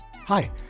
Hi